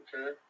Okay